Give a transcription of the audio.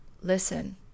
listen